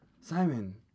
Simon